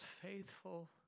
faithful